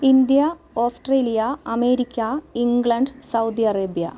India Australia America England Saudi Arabia